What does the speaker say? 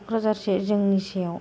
क'क्राझारसे जोंनिसेआव